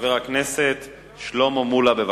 חבר הכנסת שלמה מולה, בבקשה.